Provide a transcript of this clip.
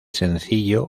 sencillo